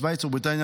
שווייץ ובריטניה,